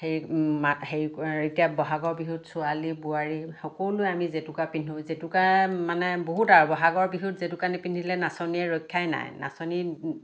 হেৰি হেৰি এতিয়া বহাগৰ বিহুত ছোৱালী বোৱাৰী সকলোৱে আমি জেতুকা পিন্ধো জেতুকাই মানে বহুত আৰু বহাগৰ বিহুত জেতুকা নিপিন্ধিলে নাচনীয়ে ৰক্ষাই নাই নাচনী